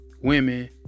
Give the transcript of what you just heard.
Women